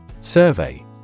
Survey